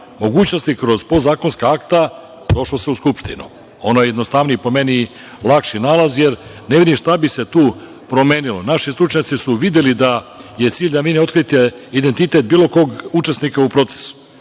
mogućnosti kroz podzakonska akta, došlo se u Skupštinu. Ono je jednostavniji, po meni, lakši nalaz, jer ne vidim šta bi se tu promenilo. Naši stručnjaci su videli da je cilj da vi ne otkrijete identitet bilo kog učesnika u procesu,